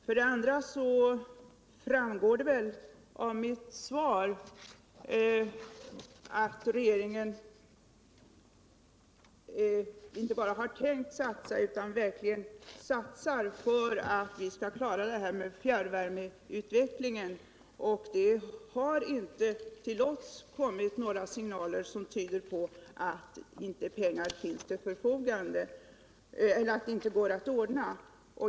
Vidare framgår det väl av mitt svar att regeringen inte bara har tänkt satsa, utan verkligen satsar på att vi skall klara fjärrvärmeuvvecklingen. Och till oss har det inte kommit några signaler som tyder på att pengar inte går att ordna.